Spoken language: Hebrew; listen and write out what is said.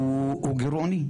הוא גירעוני.